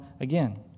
again